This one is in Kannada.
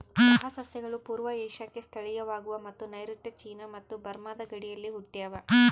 ಚಹಾ ಸಸ್ಯಗಳು ಪೂರ್ವ ಏಷ್ಯಾಕ್ಕೆ ಸ್ಥಳೀಯವಾಗವ ಮತ್ತು ನೈಋತ್ಯ ಚೀನಾ ಮತ್ತು ಬರ್ಮಾದ ಗಡಿಯಲ್ಲಿ ಹುಟ್ಟ್ಯಾವ